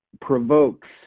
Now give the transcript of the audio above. provokes